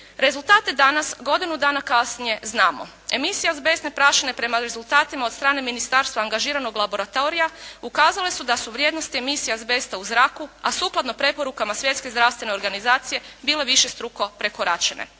Rezultate danas godinu dana kasnije znamo. Emisija azbestne prašine prema rezultatima od strane ministarstva angažiranog laboratorija ukazale su da su vrijednosti emisija azbesta u zraku a sukladno preporukama Svjetske zdravstvene organizacije bile višestruko prekoračene.